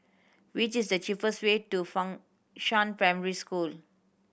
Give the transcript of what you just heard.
which is the cheapest way to Fengshan Primary School